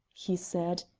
he said,